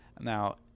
now